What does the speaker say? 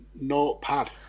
Notepad